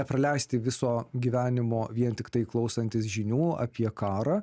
nepraleisti viso gyvenimo vien tiktai klausantis žinių apie karą